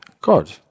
God